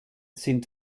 sind